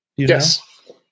Yes